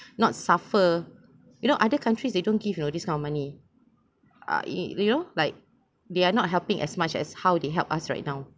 not suffer you know other countries they don't give you this kind of money uh it you know like they are not helping as much as how they help us right now